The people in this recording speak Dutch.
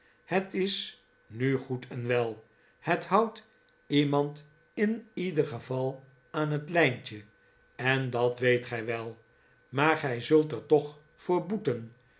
het is nu goed en wel het houdt iemand in ieder geval aan het lijntje en dat weet gij wel maar gij zult er toch voor boeten